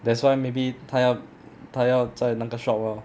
that's why maybe 她要她要在那个 shop lor